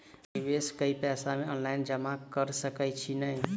निवेश केँ पैसा मे ऑनलाइन जमा कैर सकै छी नै?